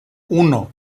uno